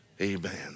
Amen